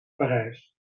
parijs